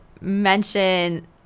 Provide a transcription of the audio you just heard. mention